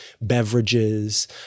beverages